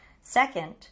Second